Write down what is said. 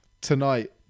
Tonight